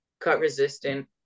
cut-resistant